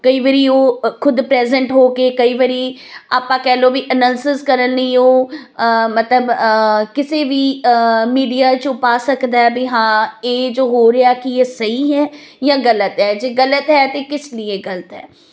ਕਈ ਵਾਰੀ ਉਹ ਖੁਦ ਪ੍ਰੈਜੈਂਟ ਹੋ ਕੇ ਕਈ ਵਾਰੀ ਆਪਾਂ ਕਹਿ ਲਓ ਵੀ ਅਨੈਲਸਿਸ ਕਰਨ ਲਈ ਉਹ ਮਤਲਬ ਕਿਸੇ ਵੀ ਮੀਡੀਆ 'ਚੋਂ ਪਾ ਸਕਦਾ ਵੀ ਹਾਂ ਇਹ ਜੋ ਹੋ ਰਿਹਾ ਕੀ ਇਹ ਸਹੀ ਹੈ ਜਾਂ ਗਲਤ ਹੈ ਜੇ ਗਲਤ ਹੈ ਤਾਂ ਕਿਸ ਲਈ ਗਲਤ ਹੈ